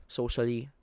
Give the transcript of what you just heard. socially